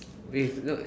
wait no